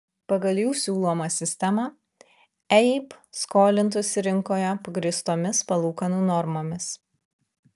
pagal jų siūlomą sistemą eib skolintųsi rinkoje pagrįstomis palūkanų normomis